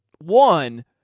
One